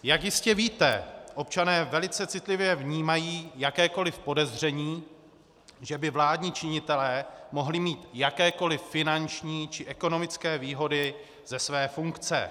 Jak jistě víte občané velice citlivě vnímají jakékoliv podezření, že by vládní činitelé mohli mít jakékoliv finanční či ekonomické výhody ze své funkce.